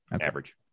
Average